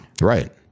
Right